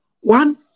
One